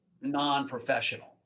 non-professional